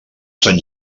sant